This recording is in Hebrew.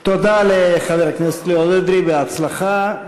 תודה לחבר הכנסת ליאור אדרי, בהצלחה.